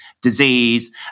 disease